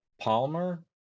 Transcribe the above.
Palmer